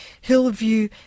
Hillview